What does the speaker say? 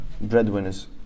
breadwinners